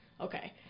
okay